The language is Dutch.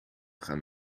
gaan